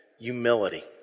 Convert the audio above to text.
humility